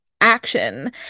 action